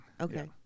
Okay